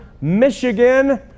Michigan